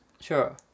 Sure